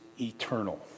eternal